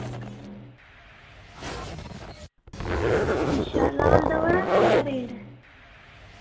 अच्छा लाल दा बड़ा मैहंगा रेट ऐ